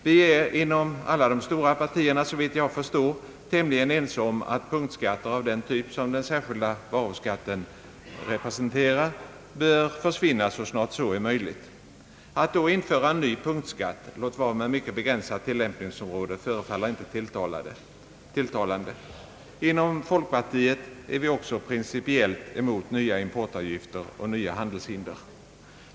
Vi är inom alla de stora partierna, såvitt jag förstår, tämligen ense om att punktskatter av den typ som den särskilda varuskatten representerar bör försvinna så snart det är möjligt. Att då införa en ny punktskatt, låt vara med mycket begränsat tillämpningsområde, förefaller inte tilltalande. Inom folkpartiet är vi också principiellt emot nya importavgifter och nya handelshinder.